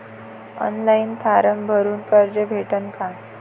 Online form भरून कर्ज भेटन का?